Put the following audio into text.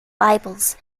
bibles